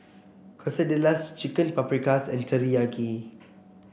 Quesadillas Chicken Paprikas and Teriyaki